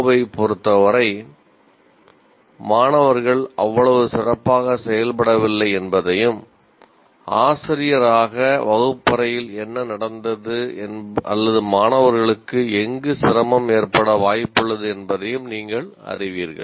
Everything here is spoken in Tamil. யைப் பொறுத்தவரை மாணவர்கள் அவ்வளவு சிறப்பாக செயல்படவில்லை என்பதையும் ஆசிரியராக வகுப்பறையில் என்ன நடந்தது அல்லது மாணவர்களுக்கு எங்கு சிரமம் ஏற்பட வாய்ப்புள்ளது என்பதையும் நீங்கள் அறிவீர்கள்